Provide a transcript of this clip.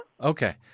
Okay